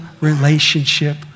relationship